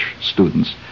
students